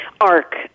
arc